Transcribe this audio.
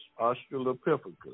Australopithecus